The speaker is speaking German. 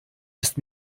ist